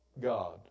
God